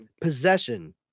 Possession